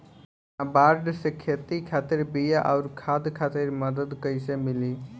नाबार्ड से खेती खातिर बीया आउर खाद खातिर मदद कइसे मिली?